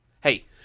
Hey